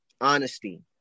Honesty